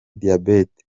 diyabete